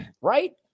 Right